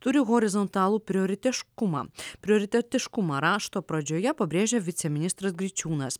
turi horizontalų prioretiškumą prioritetiškumą rašto pradžioje pabrėžia viceministras griciūnas